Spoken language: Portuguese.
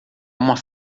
uma